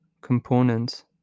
components